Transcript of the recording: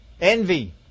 Envy